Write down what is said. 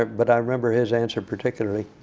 but i remember his answer particularly.